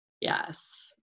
Yes